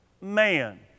man